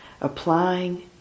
applying